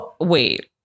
Wait